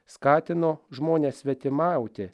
skatino žmones svetimauti